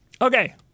Okay